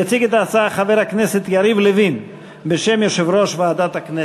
יציג את ההצעה חבר הכנסת יריב לוין בשם יושב-ראש ועדת הכנסת.